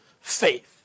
faith